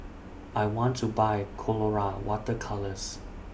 I want to Buy Colora Water Colours